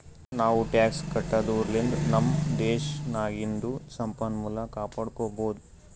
ನಾವೂ ಟ್ಯಾಕ್ಸ್ ಕಟ್ಟದುರ್ಲಿಂದ್ ನಮ್ ದೇಶ್ ನಾಗಿಂದು ಸಂಪನ್ಮೂಲ ಕಾಪಡ್ಕೊಬೋದ್